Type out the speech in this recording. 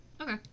Okay